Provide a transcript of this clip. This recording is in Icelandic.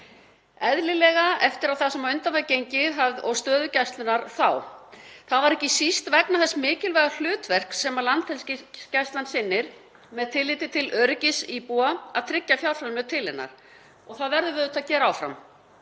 eðlilega eftir það sem á undan hafði gengið og stöðu Gæslunnar þá. Það var ekki síst vegna þess mikilvæga hlutverks sem Landhelgisgæslan sinnir með tilliti til öryggis íbúa að tryggð voru fjárframlög til hennar og það verðum við að gera áfram